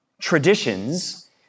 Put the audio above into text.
traditions